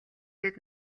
тэд